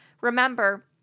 Remember